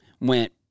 went